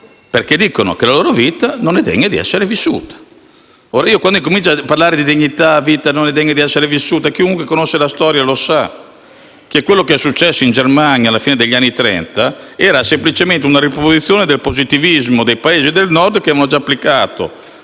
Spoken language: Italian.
perché si dice che la loro vita non è degna di essere vissuta. Quando si comincia a parlare di dignità della vita e di vite non degne di essere vissute, chiunque conosce la storia sa che quello che è successo in Germania alla fine degli anni Trenta era semplicemente una riproposizione del positivismo dei Paesi del Nord, che avevano già applicato